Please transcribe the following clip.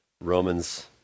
Romans